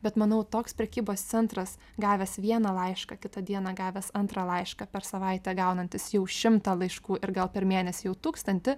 bet manau toks prekybos centras gavęs vieną laišką kitą dieną gavęs antrą laišką per savaitę gaunantis jau šimtą laiškų ir gal per mėnesį jau tūkstantį